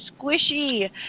squishy